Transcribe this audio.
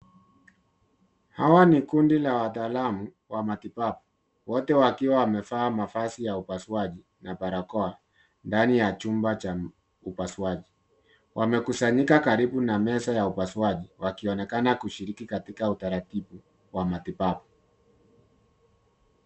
Hawa ni kundi la wataalamu wa matibabu, wote wakiwa wamevaa mavazi ya upasuaji na barakoa ndani ya chumba cha upasuaji. Wamekusanyika karibu na meza ya upasuaji wakionekana kushiriki katika utaratibu wa matibabu.